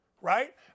Right